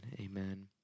amen